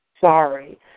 Sorry